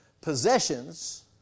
possessions